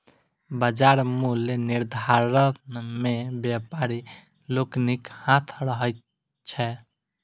बाजार मूल्य निर्धारण मे व्यापारी लोकनिक हाथ रहैत छै